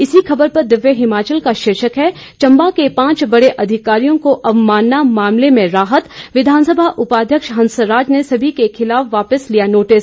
इसी खबर पर दिव्य हिमाचल का शीर्षक है चंबा के पांच बड़े अधिकारियों को अवमानना मामले में राहत विघानसभा उपाध्यक्ष हंसराज ने सभी क के खिलाफ वापिस लिया नोटिस